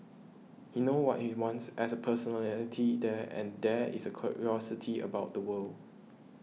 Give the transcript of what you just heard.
he knows what he wants as a personality there and there is a curiosity about the world